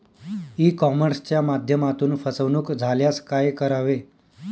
E कॉमर्सच्या माध्यमातून फसवणूक झाल्यास काय करावे?